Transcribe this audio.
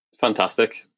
Fantastic